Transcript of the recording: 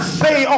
say